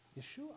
Yeshua